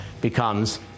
becomes